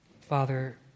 Father